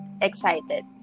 excited